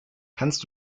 kannst